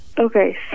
Okay